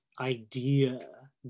idea